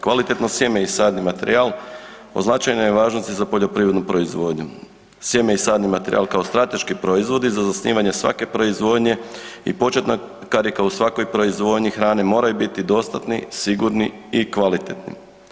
Kvalitetno sjeme i sadni materijal od značajne je važnosti za poljoprivrednu proizvodnju. sjeme i sadni materijal kao strateški proizvodi za zasnivanje svake proizvodnje i početna karika u svakoj proizvodnji hrane moraju biti dostatni, sigurni i kvalitetni.